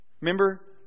Remember